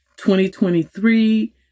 2023